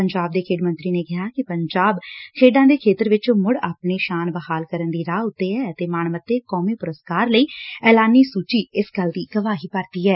ਪੰਜਾਬ ਦੇ ਖੇਡ ਮੰਤਰੀ ਨੇ ਕਿਹਾ ਕਿ ਪੰਜਾਬ ਖੇਡਾਂ ਦੇ ਖੇਤਰ ਵਿੱਚ ਮੁੜ ਆਪਣੀ ਸ਼ਾਨ ਬਹਾਲ ਕਰਨ ਦੀ ਰਾਹ ਉਤੇ ਐ ਅਤੇ ਮਾਣਮੱਤੇ ਕੌਮੀ ਪੁਰਸਕਾਰ ਲਈ ਐਲਾਨੀ ਸੁਚੀ ਇਸ ਗੱਲ ਦੀ ਗਵਾਹੀ ਭਰਦੀ ਐ